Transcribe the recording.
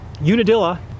Unadilla